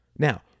Now